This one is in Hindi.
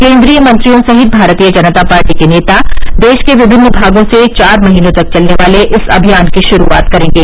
केन्द्रीय मंत्रियों सहित भारतीय जनता पार्टी के नेता देश के विभिन्न भागों से चार महीने तक चलने वाले इस अभियान की शुरूआत करेंगे